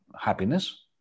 happiness